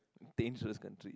dangerous country